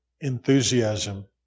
enthusiasm